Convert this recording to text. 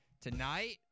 tonight